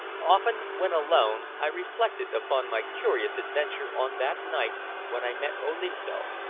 often when alone i reflected upon my curious adventure on that night when i met olinto,